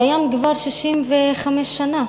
קיים כבר 65 שנה.